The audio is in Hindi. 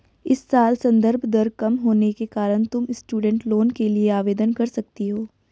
इस साल संदर्भ दर कम होने के कारण तुम स्टूडेंट लोन के लिए आवेदन कर सकती हो